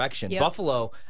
Buffalo